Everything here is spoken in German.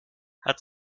hat